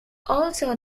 also